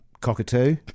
Cockatoo